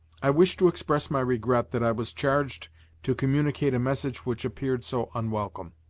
i wish to express my regret that i was charged to communicate a message which appeared so unwelcome.